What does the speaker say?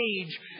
age